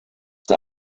der